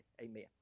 Amen